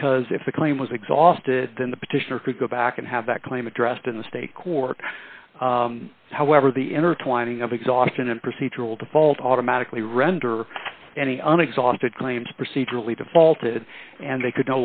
because if the claim was exhausted then the petitioner could go back and have that claim addressed in the state court however the intertwining of exhaustion and procedural default automatically render any an exhausted claims procedurally defaulted and they could